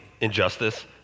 injustice